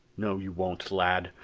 no you won't, lad.